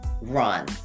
run